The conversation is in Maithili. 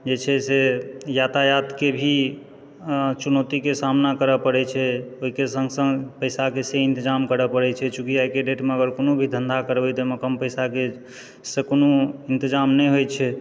जे छै से यातायतके भी चुनौतीके सामना करऽ पड़ैत छै ओहिके सङ्ग सङ्ग पैसाके से इंतजाम करऽ पड़ै छै चूँकि आइके डेटमे अगर कोनो भी धन्धा करबै तऽ ओहिमे कम पैसाके से कोनो इंतजाम नहि होइत छै